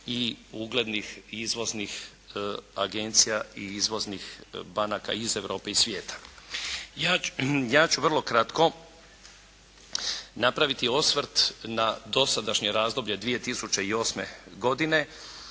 i uglednih izvoznih agencija i izvoznih banaka iz Europe i svijeta. Ja ću vrlo kratko napraviti osvrt na dosadašnje razdoblje 2008. godine.